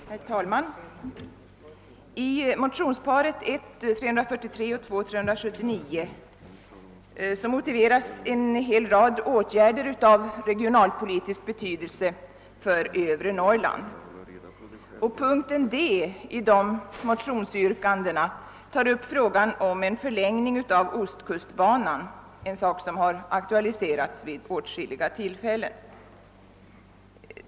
Herr talman! I motionsparet I: 343 och II: 379 motiveras en rad åtgärder av regionalpolitisk betydelse för övre Norrland. I mom. d av motionsyrkandet begärs en förlängning av ostkustbanan — en sak som har aktualiserats vid åtskilliga tillfällen.